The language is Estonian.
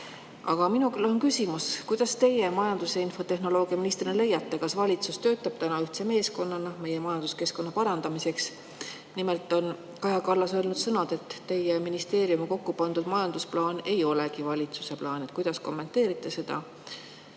Aga minul on küsimus: kuidas teie majandus- ja infotehnoloogiaministrina leiate, kas valitsus töötab ühtse meeskonnana meie majanduskeskkonna parandamise nimel? Kaja Kallas on ju öelnud sõnad, et teie ministeeriumi kokku pandud majandusplaan ei ole valitsuse plaan. Kuidas te kommenteerite seda?